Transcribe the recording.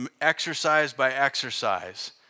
exercise-by-exercise